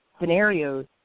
scenarios